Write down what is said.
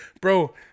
bro